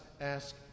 ask